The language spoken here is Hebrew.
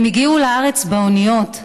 הם הגיעו לארץ באוניות,